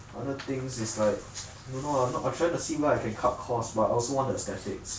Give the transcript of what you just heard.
other things is like don't know ah I try to see where I can cut cost but I also want the aesthetics